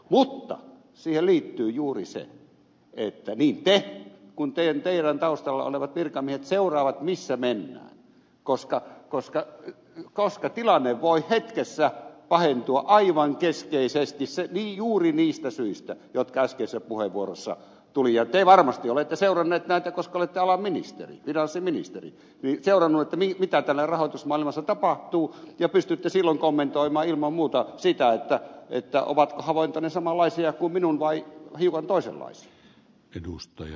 mutta siihen liittyy juuri se että niin te kuin teidän taustallanne olevat virkamiehet seuraavat missä mennään koska tilanne voi hetkessä pahentua aivan keskeisesti juuri niistä syistä jotka äskeisissä puheenvuoroissa tulivat ja te varmasti olette koska olette alan ministeri finanssiministeri seurannut mitä rahoitusmaailmassa tapahtuu ja pystytte silloin kommentoimaan ilman muuta sitä ovatko havaintonne samanlaisia kuin minun vai hiukan toisenlaisia